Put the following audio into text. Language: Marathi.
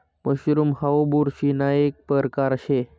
मशरूम हाऊ बुरशीना एक परकार शे